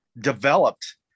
developed